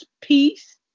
peace